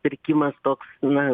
pirkimas toks na